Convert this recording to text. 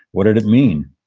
what did it mean?